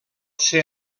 ser